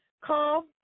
call